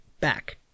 back